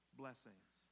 blessings